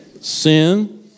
sin